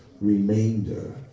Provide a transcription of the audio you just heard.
remainder